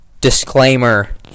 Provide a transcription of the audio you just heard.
Disclaimer